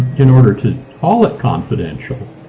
in order to call it confidential,